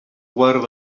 guard